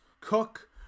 cook